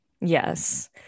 Yes